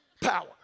Power